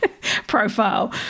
profile